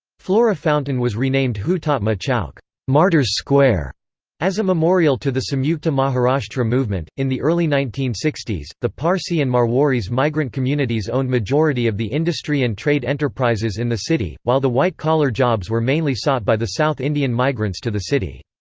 flora fountain was renamed hutatma chowk so as a memorial to the samyukta maharashtra movement in the early nineteen sixty s, the parsi and marwaris migrant communities owned majority of the industry and trade enterprises in the city, while the white-collar jobs were mainly sought by the south indian migrants to the city.